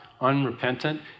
unrepentant